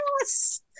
yes